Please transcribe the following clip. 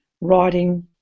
writing